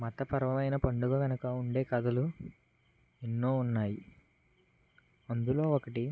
మతపరమైన పండగ వెనుక ఉండే కథలు ఎన్నో ఉన్నాయి అందులో ఒకటి